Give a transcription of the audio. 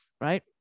Right